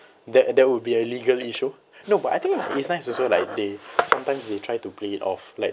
that that would be a legal issue no but I think like it's nice also like they sometimes they try to play it off like